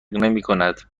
نمیکند